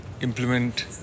implement